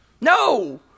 No